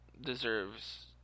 deserves